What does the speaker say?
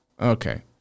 Okay